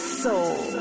soul